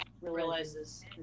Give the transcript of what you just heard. realizes